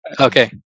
okay